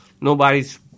Nobody's